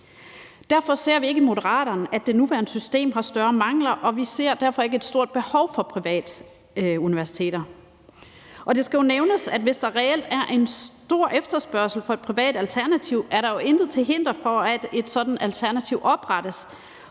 Derfor ser vi i Moderaterne ikke, at det nuværende system har større mangler, og vi ser derfor ikke et stort behov for private universiteter. Det skal nævnes, at hvis der reelt er en stor efterspørgsel efter et privat alternativ, er der jo intet til hinder for, at et sådant alternativ oprettes,